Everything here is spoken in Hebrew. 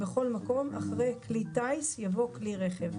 בכל מקום " אחרי "כלי טיס" יבוא "כלי רכב".